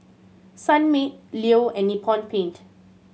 Sunmaid Leo and Nippon Paint